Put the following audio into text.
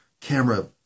camera